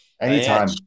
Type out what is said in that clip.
anytime